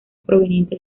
provenientes